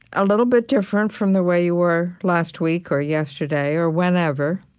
a little bit different from the way you were last week or yesterday or whenever,